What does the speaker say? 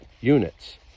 units